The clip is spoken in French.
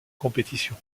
compétition